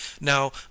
Now